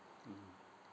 mmhmm